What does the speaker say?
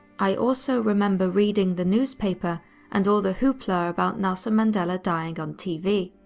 i also remember reading the newspaper and all the hoopla about nelson mandela dying on tv.